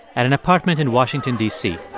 at an apartment in washington, d c